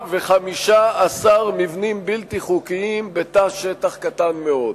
115 מבנים בלתי חוקיים בתא שטח קטן מאוד.